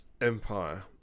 Empire